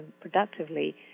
productively